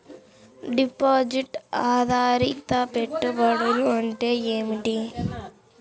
Deposit ఆధారిత పెట్టుబడులు అంటే ఏమిటి?